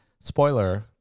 spoiler